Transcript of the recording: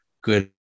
good